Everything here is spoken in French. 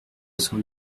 cent